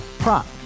Prop